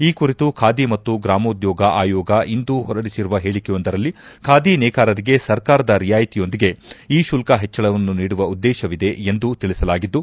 ಈ ಕುರಿತು ಬಾದಿ ಮತ್ತು ಗ್ರಾಮೋದ್ಲೋಗ ಆಯೋಗ ಇಂದು ಹೊರಡಿಸಿರುವ ಹೇಳಕೆಯೊಂದರಲ್ಲಿ ಬಾದಿ ನೇಕಾರರಿಗೆ ಸರ್ಕಾರದ ರಿಯಾಯಿತಿಯೊಂದಿಗೆ ಈ ಶುಲ್ತ ಹೆಚ್ಚಳವನ್ನು ನೀಡುವ ಉದ್ದೇಶವಿದೆ ಎಂದು ತಿಳಿಸಲಾಗಿದ್ದು